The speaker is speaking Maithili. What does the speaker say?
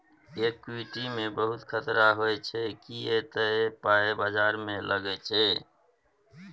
इक्विटी मे बहुत खतरा होइ छै किए तए पाइ बजार मे लागै छै